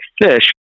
fish